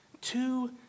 Two